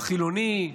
החילוני,